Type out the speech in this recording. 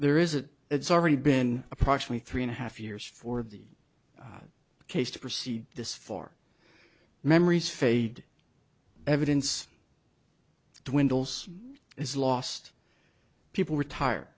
there is a it's already been approached me three and a half years for the case to proceed this far memories fade evidence windows is lost people retire